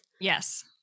Yes